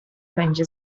będzie